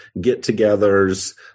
get-togethers